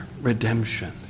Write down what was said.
redemption